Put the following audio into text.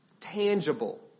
tangible